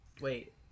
Wait